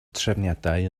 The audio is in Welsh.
trefniadau